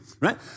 Right